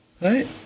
right